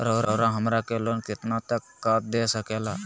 रउरा हमरा के लोन कितना तक का दे सकेला?